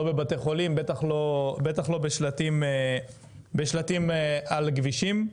לא בבתי חולים ובטח לא בשלטים על הכבישים.